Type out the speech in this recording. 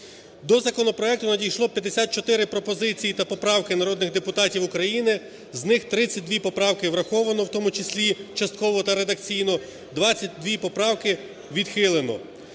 До законопроекту надійшло 54 пропозиції та поправки народних депутатів України. З них 32 поправки враховано, в тому числі частково та редакційно, 22 поправки відхилено.